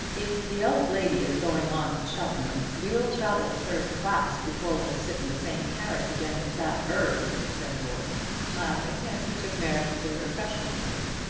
if the old lady is going on to cheltenham we'll travel third class before we'll sit in the same carriage again with that bird, said morton laughing as he took mary into the refreshment-room.